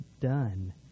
done